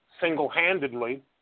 single-handedly